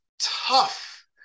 tough